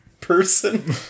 person